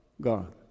God